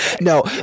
No